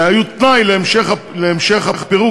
שהיו תנאי להמשך הפירוק,